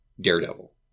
Daredevil